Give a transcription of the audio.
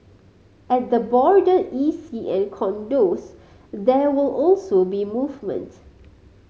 at the border E C and condos there will also be movement